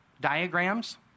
Diagrams